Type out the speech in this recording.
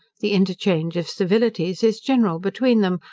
the interchange of civilities is general between them,